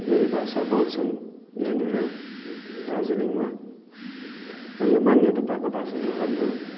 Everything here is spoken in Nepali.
यही भाषा बोल्छन् यहाँनिर दार्जिलिङमा र यो मान्यता पाएको भाषा नै हो हाम्रो